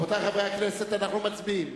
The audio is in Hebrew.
רבותי חברי הכנסת, אנחנו מצביעים